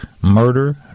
murder